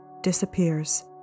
disappears